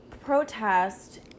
protest